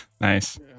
Nice